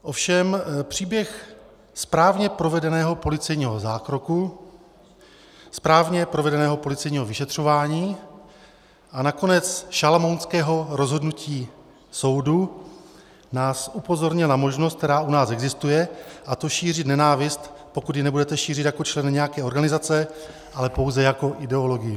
Ovšem příběh správně provedeného policejního zákroku, správně provedeného policejního vyšetřování a nakonec šalamounského rozhodnutí soudu nás upozorňuje na možnost, která u nás existuje, a to šířit nenávist, pokud ji nebudete šířit jako člen nějaké organizace, ale pouze jako ideologii.